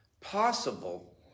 possible